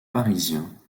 parisien